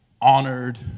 honored